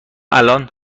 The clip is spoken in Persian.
الان